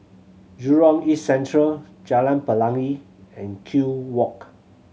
Jurong East Central Jalan Pelangi and Kew Walk